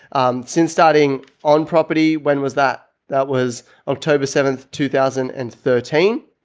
um, since starting on property. when was that? that was october seventh. two thousand and thirteen.